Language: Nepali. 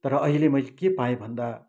तर अहिले मैले के पाएँ भन्दा